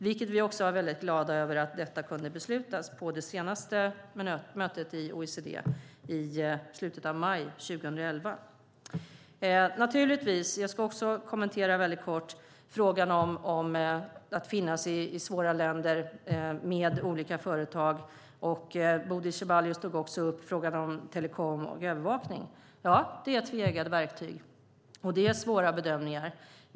Vi var väldigt glada över att detta kunde beslutas på det senaste mötet i OECD i slutet av maj 2011. Jag ska också kort kommentera frågan om att finnas i svåra länder med olika företag. Bodil Ceballos tog upp frågan om telekom och övervakning. Ja, det är tveeggade verktyg, och det är svåra bedömningar.